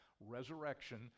resurrection